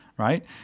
right